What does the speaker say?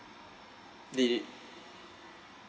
did it